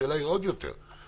השאלה היא עוד יותר חשובה.